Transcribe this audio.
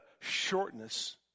shortness